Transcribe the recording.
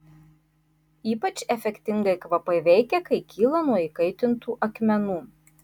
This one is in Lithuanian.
ypač efektingai kvapai veikia kai kyla nuo įkaitintų akmenų